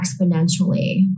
exponentially